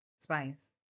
Spice